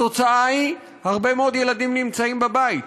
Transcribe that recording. התוצאה היא: הרבה מאוד ילדים נמצאים בבית.